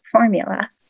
formula